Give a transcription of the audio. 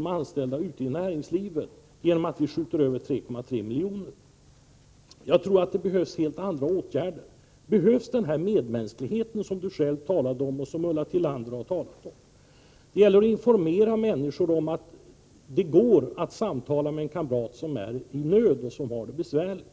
de anställda ute i näringslivet för att vi överför 3,3 miljoner. Det behövs helt andra åtgärder. Vad som behövs är den medmänsklighet som Yvonne Sandberg-Fries talade om och som också Ulla Tillander talade om. Det gäller att informera människor om att det går att samtala med en kamrat som är i nöd och som har det besvärligt.